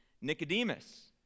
Nicodemus